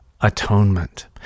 atonement